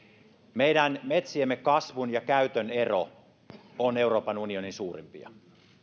meidän metsiemme kasvun ja käytön ero on euroopan unionin suurimpia